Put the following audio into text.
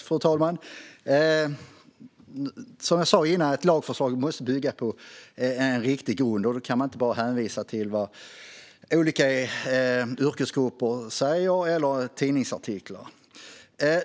Fru talman! Som jag sa tidigare måste ett lagförslag bygga på en riktig grund. Man kan inte bara hänvisa till vad olika yrkesgrupper säger eller till tidningsartiklar.